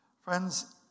Friends